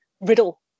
Riddle